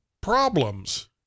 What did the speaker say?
problems